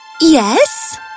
Yes